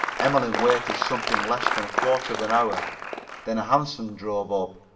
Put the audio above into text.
emmeline waited something less than a quarter of an hour then a hansom drove up,